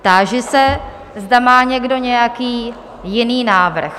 Táži se, zda má někdo nějaký jiný návrh?